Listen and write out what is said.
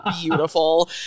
beautiful